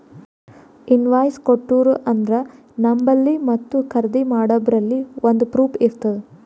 invoice ಕೊಟ್ಟೂರು ಅಂದ್ರ ನಂಬಲ್ಲಿ ಮತ್ತ ಖರ್ದಿ ಮಾಡೋರ್ಬಲ್ಲಿ ಒಂದ್ ಪ್ರೂಫ್ ಇರ್ತುದ್